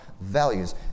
values